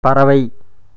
பறவை